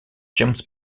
james